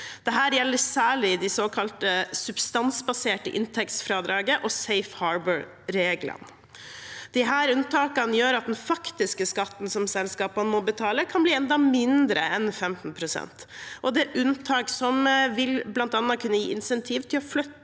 Dette gjelder særlig det såkalte substansbaserte inntektsfradraget og safe harbour-regelene. Disse unntakene gjør at den faktiske skatten som selskapene må betale, kan bli enda mindre enn 15 pst., og det er unntak som bl.a. vil kunne gi insentiver til å flytte